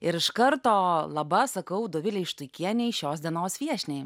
ir iš karto laba sakau dovilei štuikienei šios dienos viešniai